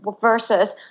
versus